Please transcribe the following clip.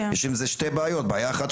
יש עם זה שתי בעיות: ראשית,